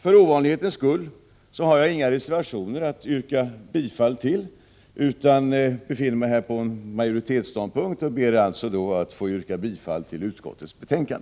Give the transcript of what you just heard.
För ovanlighetens skull har jag inga reservationer att yrka bifall till utan befinner mig här på en majoritetsståndpunkt och ber alltså att få yrka bifall till utskottets hemställan.